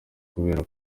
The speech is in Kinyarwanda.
kubera